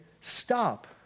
stop